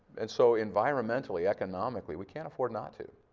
and so environmentally, economically we cannot afford not to.